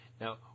Now